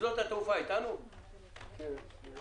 הדברים שרננה אמרה, ברורים לנו.